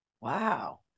Wow